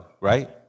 right